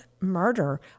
murder